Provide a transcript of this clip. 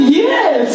yes